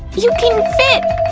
you can fit!